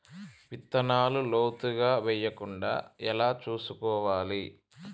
విత్తనాలు లోతుగా వెయ్యకుండా ఎలా చూసుకోవాలి?